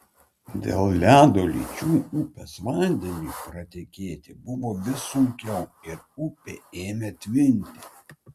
dėl ledo lyčių upės vandeniui pratekėti buvo vis sunkiau ir upė ėmė tvinti